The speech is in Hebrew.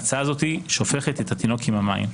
ההצעה הזאת שופכת את התינוק עם המים.